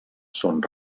són